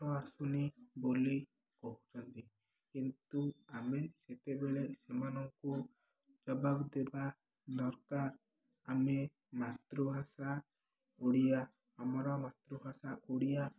ପାଠ ଆସୁନି ବୋଲି କହୁଛନ୍ତି କିନ୍ତୁ ଆମେ ସେତେବେଳେ ସେମାନଙ୍କୁ ଜବାବ ଦେବା ଦରକାର ଆମେ ମାତୃଭାଷା ଓଡ଼ିଆ ଆମର ମାତୃଭାଷା ଓଡ଼ିଆ